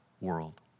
world